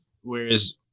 whereas